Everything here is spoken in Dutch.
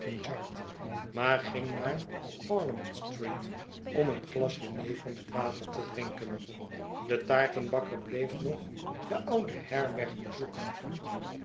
maar ging naar parliament street om een glas jenever met water te drinken de taartenbakker bleef nog de oude herberg bezoeken